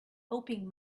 helping